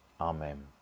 Amen